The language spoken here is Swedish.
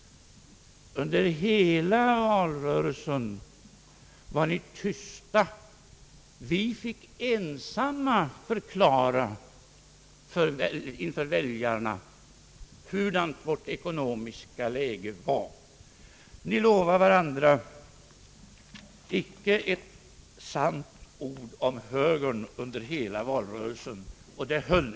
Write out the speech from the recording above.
Under hela valrörelsen var ni tysta. Vi fick ensamma inför väljarna förklara hurudant vårt ekonomiska läge var. Ni lovade varandra: icke ett sant ord om högern under hela valrörelsen! Och det höll ni.